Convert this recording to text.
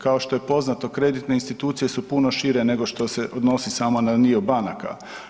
Kao što je poznato kreditne institucije su puno šire nego što se odnosi samo na dio banaka.